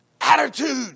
Attitude